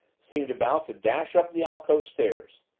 seemed about to dash up the alcove stairs.